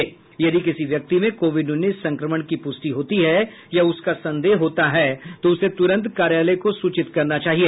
यदि यदि किसी व्यक्ति में कोविड उन्नीस संक्रमण की प्रष्टि होती है या इसका संदेह होता है तो उसे तुरन्त कार्यालय को सूचित करना चाहिए